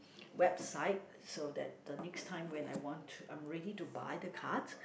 website so that the next time when I want to I'm ready to buy the card